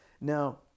now